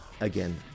again